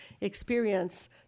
experience